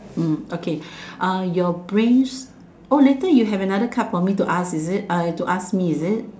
mm okay ah your brain's oh later you have another card for me to ask is it uh to ask me is it